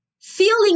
feeling